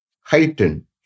Heighten